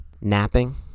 Napping